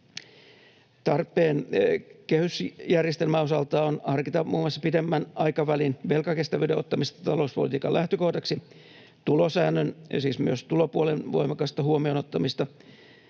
Kehysjärjestelmän osalta on tarpeen harkita muun muassa pidemmän aikavälin velkakestävyyden ottamista talouspolitiikan lähtökohdaksi, tulosäännön — siis myös tulopuolen — voimakasta huomioon ottamista